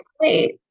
wait